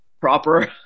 proper